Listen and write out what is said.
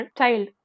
child